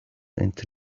into